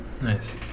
nice